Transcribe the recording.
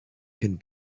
can